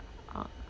oh